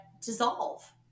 dissolve